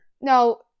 No